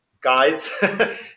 guys